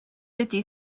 fifty